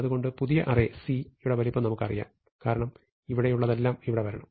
അതുകൊണ്ട് പുതിയ array C യുടെ വലുപ്പം നമുക്ക് അറിയാം കാരണം അവിടെയുള്ളതെല്ലാം ഇവിടെ വരണം